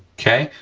okay?